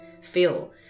feel